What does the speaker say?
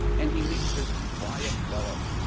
and he meets this quiet fellow